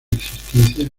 existencia